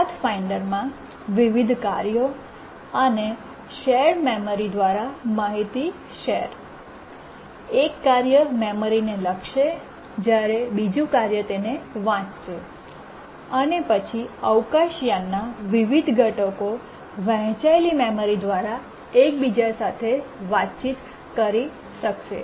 પાથફાઇન્ડરમાં વિવિધ કાર્યો અને શેર મેમરી દ્વારા માહિતી શેર એક કાર્ય મેમરીને લખશે જ્યારે બીજું કાર્ય તેને વાંચશે અને પછી અવકાશયાનના વિવિધ ઘટકો વહેંચાયેલ મેમરી દ્વારા એકબીજા સાથે વાતચીત કરી શકશે